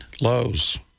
lows